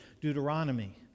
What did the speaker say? Deuteronomy